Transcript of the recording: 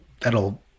that'll